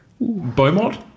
Beaumont